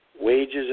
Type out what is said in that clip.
Wages